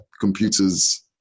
computers